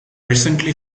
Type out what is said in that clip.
recently